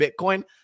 bitcoin